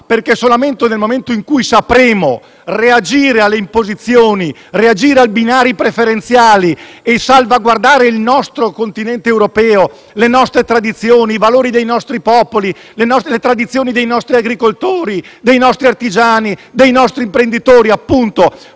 perché solamente nel momento in cui sapremo reagire alle imposizioni, ai binari preferenziali e salvaguardare il nostro continente europeo, le nostre tradizioni, i valori dei nostri popoli, le tradizioni dei nostri agricoltori, artigiani e imprenditori, solamente